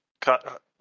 cut